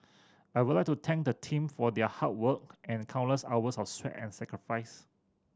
I would like to thank the team for their hard work and countless hours of sweat and sacrifice